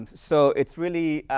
so, it's really,